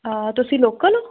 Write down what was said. ਤੁਸੀਂ ਲੋਕਲ ਹੋ